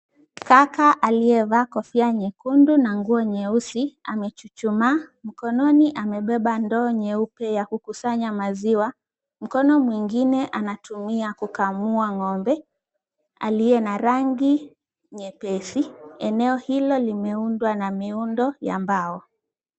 Kaka aliyevaa kofia nyekundu na nguo nyeusi amechuchumaa. Mkononi amebeba ndoo nyeupe ya kukusanya maziwa. Mkono mwingine anatumia kukamua ng'ombe aliye na rangi nyepesi. Eneo hilo limeundwa na miundo ya mbao.